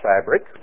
fabric